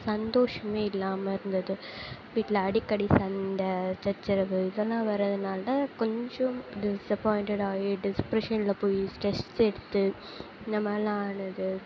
சந்தோஷமே இல்லாமல் இருந்தது வீட்டில் அடிக்கடி சண்டை சச்சரவு இதெல்லாம் வரதினால கொஞ்சம் டிஸப்பாயிண்டடாகி டிப்ரெஷன்ல போய் ஸ்ட்ரெஸ் எடுத்து இந்த மாதிரிலாம் ஆனது